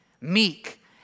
meek